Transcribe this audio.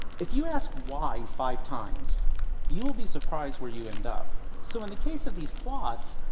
if you ask why five times you'll be surprised where you end up. so in the case of these plots,